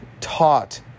taught